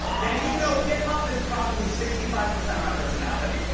then you know hip-hop is probably sixty five percent of my personality.